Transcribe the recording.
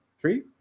Three